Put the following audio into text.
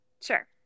Sure